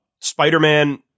Spider-Man